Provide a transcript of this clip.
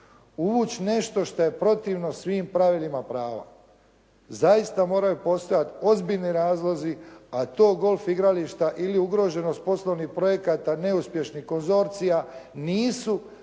uvući nešto što je protivno svim pravilima prava. Zaista moraju postojati ozbiljni razlozi, a to golf igrališta ili ugroženost poslovnih projekata neuspješnih konzorcija nisu